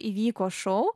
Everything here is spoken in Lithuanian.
įvyko šou